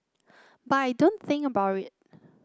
but I don't think about it